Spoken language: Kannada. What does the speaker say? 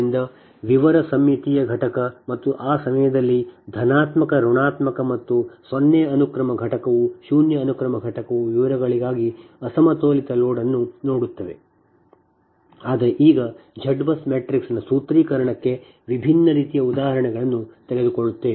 ಆದ್ದರಿಂದ ವಿವರ ಸಮ್ಮಿತೀಯ ಘಟಕ ಮತ್ತು ಆ ಸಮಯದಲ್ಲಿ ಧನಾತ್ಮಕ ಋಣಾತ್ಮಕ ಮತ್ತು 0 ಅನುಕ್ರಮ ಘಟಕವು ವಿವರಗಳಿಗಾಗಿ ಅಸಮತೋಲಿತ ಲೋಡ್ ಅನ್ನು ನೋಡುತ್ತದೆ ಆದರೆ ಈಗ Z BUS ಮ್ಯಾಟ್ರಿಕ್ಸ್ನ ಸೂತ್ರೀಕರಣಕ್ಕೆ ವಿಭಿನ್ನ ರೀತಿಯ ಉದಾಹರಣೆಗಳನ್ನು ತೆಗೆದುಕೊಳ್ಳುತ್ತದೆ